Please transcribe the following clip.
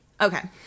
okay